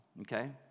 okay